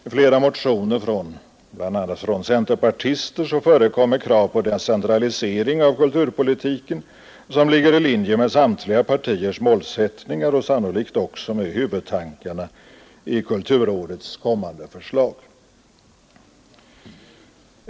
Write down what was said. I flera motioner, bl.a. från centerpartister, förekommer krav på en decentralisering av kulturpolitiken som ligger i linje med samtliga partiers målsättningar och sannolikt också med huvudtankarna i kulturrådets kommande förslag.